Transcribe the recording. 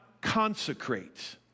consecrate